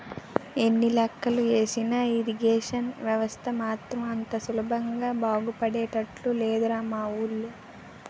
ఎన్ని లెక్కలు ఏసినా ఇరిగేషన్ వ్యవస్థ మాత్రం అంత సులభంగా బాగుపడేటట్లు లేదురా మా వూళ్ళో